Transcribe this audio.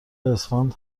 اسفند